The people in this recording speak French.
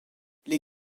les